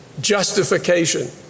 justification